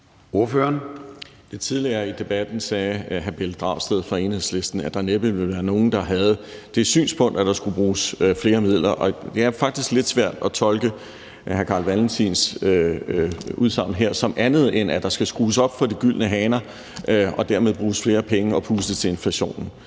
Lidt tidligere i debatten sagde hr. Pelle Dragsted fra Enhedslisten, at der næppe ville være nogen, der havde det synspunkt, at der skulle bruges flere midler. Og det er faktisk lidt svært at tolke hr. Carl Valentins udsagn her som andet, end at der skal skrues op for de gyldne haner og dermed bruges flere penge og pustes til inflationen.